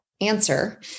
answer